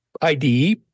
IDE